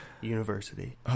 University